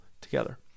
together